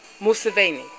Museveni